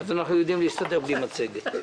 אז אנחנו יודעים להסתדר בלי מצגת.